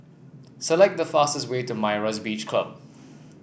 select the fastest way to Myra's Beach Club